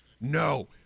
no